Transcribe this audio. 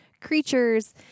creatures